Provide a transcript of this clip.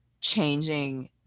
changing